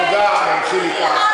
תודה, חיליק.